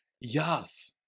Yes